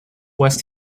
west